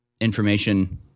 information